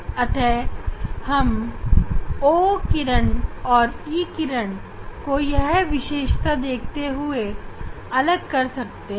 अतः हम O किरण और E किरण को यह विशेषता देखते हुए अलग कर सकते हैं